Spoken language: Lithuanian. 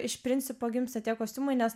iš principo gimsta tiek kostiumai nes